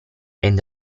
and